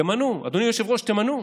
תמנו, אדוני היושב-ראש, תמנו.